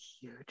huge